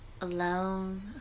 alone